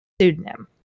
pseudonym